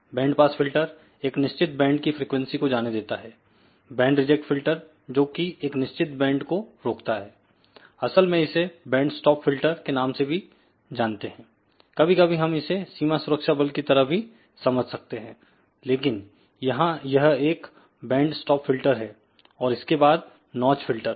band pass filter एक निश्चित band की फ्रीक्वेंसी को जाने देता है बैंड रिजेक्ट फिल्टर जोकि एक निश्चित बैंड को रोकता है असल में इसे बैंड्स्टॉप फिल्टर के नाम से भी जानते हैं कभी कभी हम इसे सीमा सुरक्षा बल की तरह भी समझ सकते हैं लेकिन यहां यह एक बैंड स्टॉप फिल्टर है और इसके बाद नोच फिल्टर